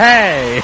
Hey